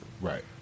Right